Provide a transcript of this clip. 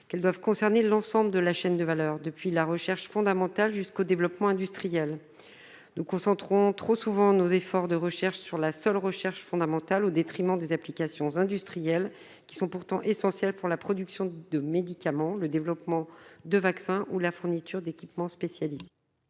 qu'elles doivent concerner l'ensemble de la chaîne de valeur depuis la recherche fondamentale jusqu'au développement industriel, nous concentrons trop souvent nos efforts de recherche sur la seule recherche fondamentale au détriment des applications industrielles qui sont pourtant essentiels pour la production de médicaments, le développement de vaccins ou la fourniture d'équipements spécialisés.